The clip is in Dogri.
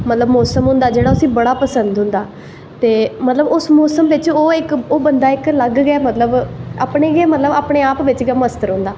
मतलव मौसम होंदा उसी बड़ा पसंद होंदा मतलव उस मौसम बिच्च ओह् इक अलग अपने आप बिच् गै मस्त रौंह्दा